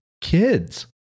kids